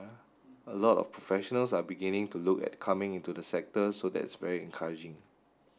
a lot of professionals are beginning to look at coming into the sector so that's very encouraging